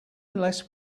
unless